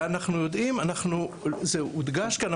זה הודגש כאן,